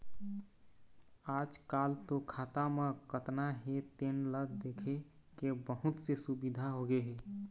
आजकाल तो खाता म कतना हे तेन ल देखे के बहुत से सुबिधा होगे हे